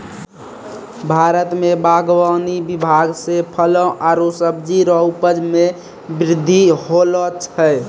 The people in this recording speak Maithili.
भारत मे बागवानी विभाग से फलो आरु सब्जी रो उपज मे बृद्धि होलो छै